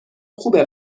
خوبه